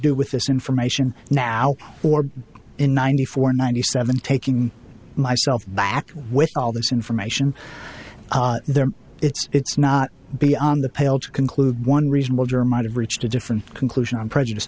do with this information now or in ninety four ninety seven taking myself back with all this information there it's not beyond the pale to conclude one reasonable juror might have reached a different conclusion i'm prejudiced